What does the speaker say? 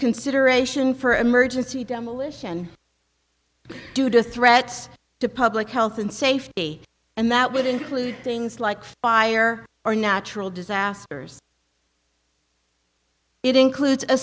consideration for emergency demolition due to threats to public health and safety and that would include things like fire or natural disasters it includes